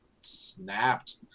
snapped